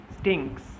stinks